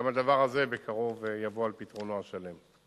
וגם הדבר הזה בקרוב יבוא על פתרונו השלם.